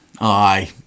Aye